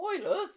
Spoilers